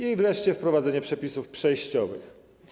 I wreszcie wprowadzenie przepisów przejściowych.